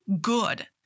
good